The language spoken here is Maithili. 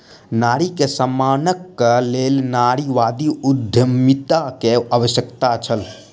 नारी के सम्मानक लेल नारीवादी उद्यमिता के आवश्यकता छल